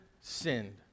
sinned